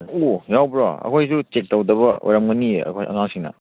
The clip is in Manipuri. ꯑꯣ ꯌꯥꯎꯕ꯭ꯔꯣ ꯑꯩꯈꯣꯏꯁꯨ ꯆꯦꯛ ꯇꯧꯗꯕ ꯑꯣꯏꯔꯝꯒꯅꯤꯌꯦ ꯑꯩꯈꯣꯏ ꯑꯉꯥꯡꯁꯤꯡꯅ